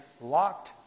locked